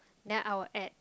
then I will add